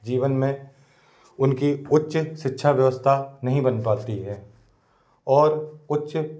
जीवन में उनकी उच्च शिक्षा व्यवस्था नहीं बन पाती है और उच्च